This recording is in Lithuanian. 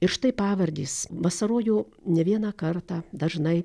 ir štai pavardės vasarojo ne vieną kartą dažnai